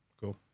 Cool